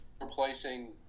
replacing